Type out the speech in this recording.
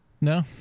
No